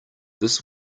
this